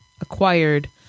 acquired